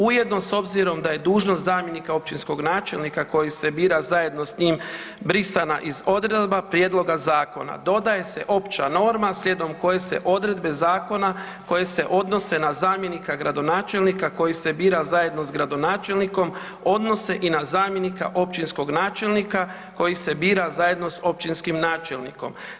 Ujedno s obzirom da je dužnost zamjenika općinskog načelnika koji se bira zajedno s njim brisana iz odredaba prijedloga zakona dodaje se opća norma slijedom koje se odredbe zakona koje se odnose na zamjenika gradonačelnika koji se bira zajedno sa gradonačelnikom odnose i na zamjenika općinskog načelnika koji se bira zajedno s općinskim načelnikom.